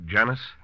Janice